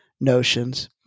notions